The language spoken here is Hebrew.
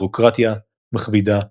ביורוקרטיה מכבידה,